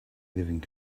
living